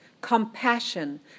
compassion